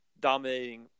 dominating